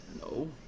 No